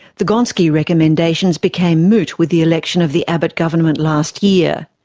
the gonski recommendations became moot with the election of the abbott government last year.